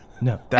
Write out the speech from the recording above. No